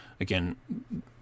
again